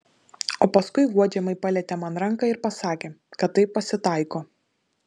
o paskui guodžiamai palietė man ranką ir pasakė kad taip pasitaiko